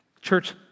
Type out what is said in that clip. Church